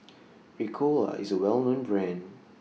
Ricola IS A Well known Brand